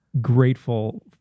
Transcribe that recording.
grateful